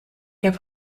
heb